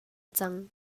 cang